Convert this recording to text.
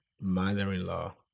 mother-in-law